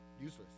Useless